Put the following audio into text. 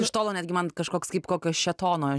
iš tolo netgi man kažkoks kaip kokio šėtono